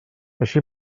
així